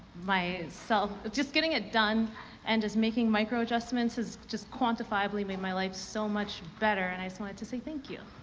so just getting it done and just making micro-adjustments has just quantifiably made my life so much better, and i just wanted to say thank you.